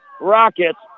Rockets